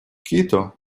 кито